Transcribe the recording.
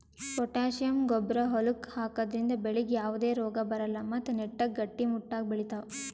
potassium ಗೊಬ್ಬರ್ ಹೊಲಕ್ಕ್ ಹಾಕದ್ರಿಂದ ಬೆಳಿಗ್ ಯಾವದೇ ರೋಗಾ ಬರಲ್ಲ್ ಮತ್ತ್ ನೆಟ್ಟಗ್ ಗಟ್ಟಿಮುಟ್ಟಾಗ್ ಬೆಳಿತಾವ್